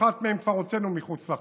ואחת מהן כבר הוצאנו מחוץ לחוק,